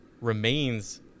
remains